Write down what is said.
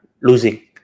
losing